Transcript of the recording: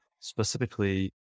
specifically